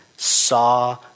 saw